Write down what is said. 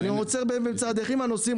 אני עוצר באמצע הדרך עם הנוסעים,